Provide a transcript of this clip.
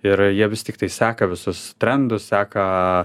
ir jie vis tiktai seka visus trendus seka